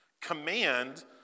Command